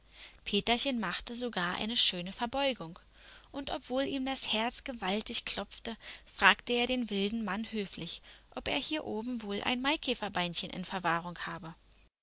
peterchen machte sogar eine schöne verbeugung und obwohl ihm das herz gewaltig klopfte fragte er den wilden mann höflich ob er hier oben wohl ein maikäferbeinchen in verwahrung habe